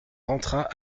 rentra